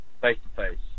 face-to-face